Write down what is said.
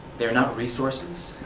they are not resources,